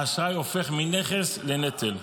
האשראי הופך מנכס לנטל.